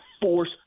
force